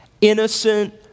innocent